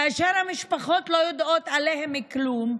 כאשר המשפחות לא יודעות עליהם כלום.